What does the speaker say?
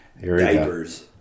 diapers